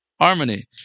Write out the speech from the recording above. Harmony